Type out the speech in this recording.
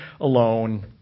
alone